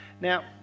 Now